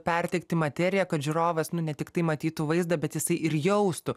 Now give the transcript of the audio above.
perteikti materiją kad žiūrovas nu ne tiktai matytų vaizdą bet jisai ir jaustų